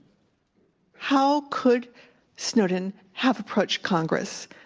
how could snowden have approached congress?